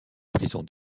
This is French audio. prison